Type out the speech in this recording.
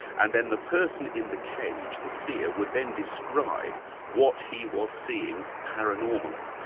and then the person in the cage, the seer, would then describe what he was seeing paranormally.